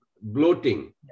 bloating